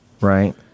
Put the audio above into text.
right